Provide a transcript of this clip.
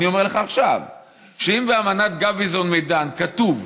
אני אומר לך עכשיו שאם באמנת גביזון-מדן כתוב